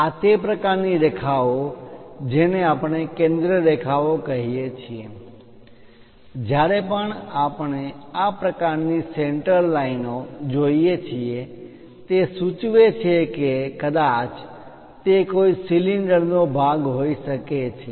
આ તે પ્રકારની રેખાઓ જેને આપણે કેન્દ્ર ની રેખાઓ કહીએ છીએ જ્યારે પણ આપણે આ પ્રકારની સેન્ટર લાઇનો કેન્દ્ર રેખાઓ centre lines જોઈએ છીએ તે સૂચવે છે કે કદાચ તે કોઈ સિલિન્ડરનો નળાકારનો ભાગ હોઈ શકે છે